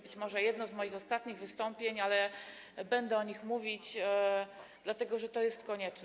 Być może to jedno z moich ostatnich wystąpień, ale będę o nich mówić, dlatego że to jest konieczne.